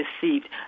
deceived